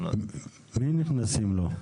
מי נכנסים לו?